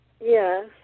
Yes